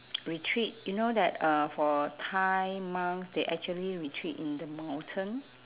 retreat you know that uh for thai monks they actually retreat in the mountain